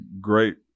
great